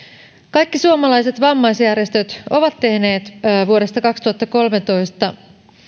kaikki suomalaiset vammaisjärjestöt ovat tehneet vuodesta kaksituhattakolmetoista